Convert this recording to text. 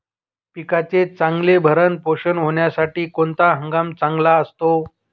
पिकाचे चांगले भरण पोषण होण्यासाठी कोणता हंगाम चांगला असतो?